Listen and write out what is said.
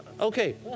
Okay